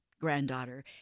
granddaughter